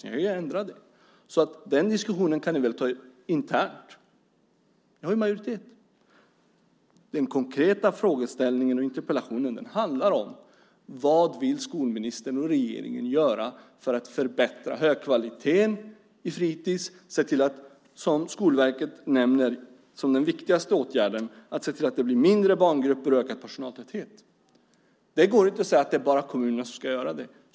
Ni kan ändra det. Den diskussionen kan ni väl ta internt. Ni har ju majoritet. Den konkreta frågeställningen och interpellationen handlar om vad skolministern och regeringen vill göra för att förbättra och höja kvaliteten på fritids och, det som Skolverket nämner som den viktigaste åtgärden, se till att det blir mindre barngrupper och ökad personaltäthet. Det går inte att säga att det bara är kommunerna som ska göra det.